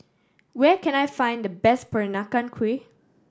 where can I find the best Peranakan Kueh